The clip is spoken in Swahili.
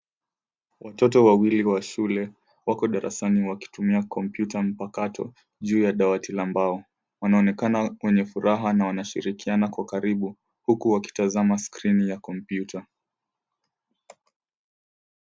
Watoto wawili wa shule wako darasani wakitumia kompyuta mpakato juu ya dawati la mbao. Wanaonekana wenye furaha na wanashirikiana kwa karibu huku wakitizama skrini ya kompyuta.